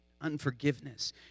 unforgiveness